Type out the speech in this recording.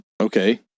Okay